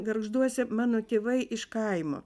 gargžduose mano tėvai iš kaimo